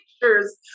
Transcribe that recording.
pictures